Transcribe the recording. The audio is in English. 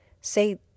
say